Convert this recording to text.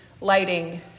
lighting